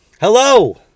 hello